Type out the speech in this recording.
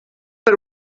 per